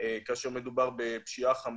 כאשר מדובר בפשיעה חמורה.